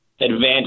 advantage